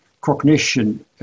cognition